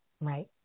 Right